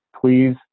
please